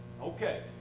Okay